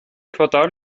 quartal